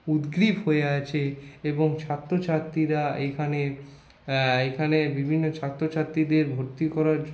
উদ্গ্রীব হয়ে আছে এবং ছাত্রছাত্রীরা এখানে এখানে বিভিন্ন ছাত্রছাত্রীদের ভর্তি করার